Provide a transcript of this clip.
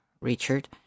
Richard